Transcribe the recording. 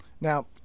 Now